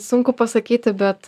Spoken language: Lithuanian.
sunku pasakyti bet